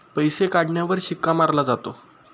पैसे काढण्यावर शिक्का मारला जातो